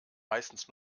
meistens